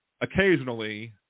occasionally